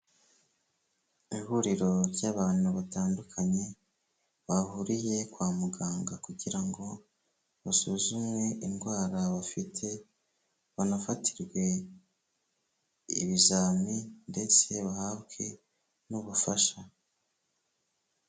Ihuriro ry'abantu batandukanye, bahuriye kwa muganga kugira ngo basuzumwe indwara bafite, banafatirwe ibizami ndetse bahabwe n'ubufasha.